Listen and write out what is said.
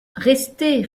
restez